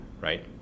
right